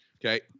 Okay